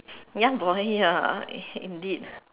ya boy ya indeed